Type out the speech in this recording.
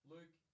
Luke